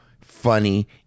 funny